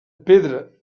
pedra